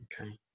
Okay